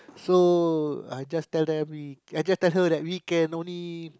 so I just tell them we I just tell them we can only